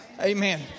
Amen